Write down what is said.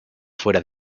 fuera